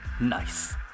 nice